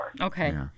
Okay